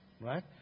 right